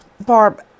Barb